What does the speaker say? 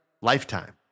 lifetime